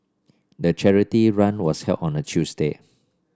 the charity run was held on a Tuesday